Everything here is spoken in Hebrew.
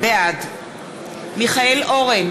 בעד מיכאל אורן,